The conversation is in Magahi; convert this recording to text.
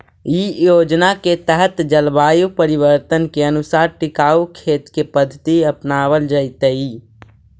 इ योजना के तहत जलवायु परिवर्तन के अनुसार टिकाऊ खेत के पद्धति अपनावल जैतई